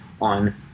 on